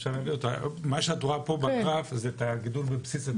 מה שרואים בגרף זה את הגידול בבסיס.